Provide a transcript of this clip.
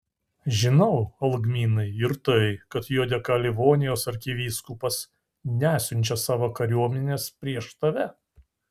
žinau algminai ir tai kad jo dėka livonijos arkivyskupas nesiunčia savo kariuomenės prieš tave